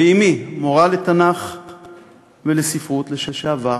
ואמי, מורה לתנ"ך ולספרות לשעבר,